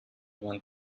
one